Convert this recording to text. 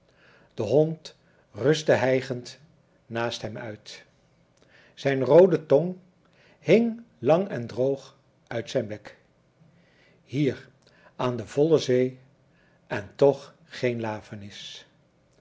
de hond rustte hijgend naast hem uit zijn roode tong hing lang en droog uit zijn bek hier aan de volle zee en toch geen lafenis